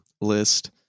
list